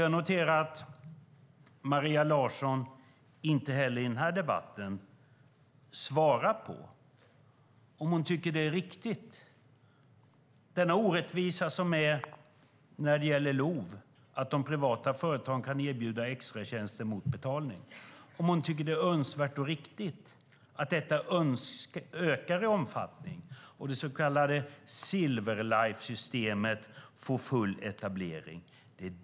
Jag noterar att Maria Larsson inte heller i denna debatt svarar på om hon tycker att det är önskvärt och riktigt att orättvisan med LOV - att de privata företagen kan erbjuda extratjänster mot betalning - ökar i omfattning och att det så kallade Silver Life-systemet får full etablering.